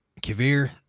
Kavir